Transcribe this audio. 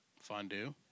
Fondue